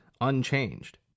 unchanged